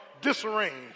disarranged